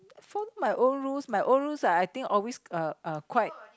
followed my own rules my own rules are I think always uh uh quite